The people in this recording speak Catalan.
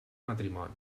matrimoni